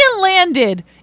landed